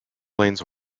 lanes